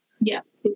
Yes